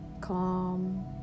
calm